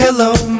Hello